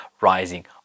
rising